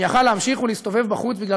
שהיה יכול להמשיך להסתובב בחוץ בגלל